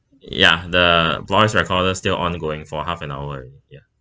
ya the voice recorder still ongoing for half an hour ya